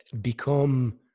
become